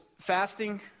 fasting